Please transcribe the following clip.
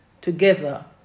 together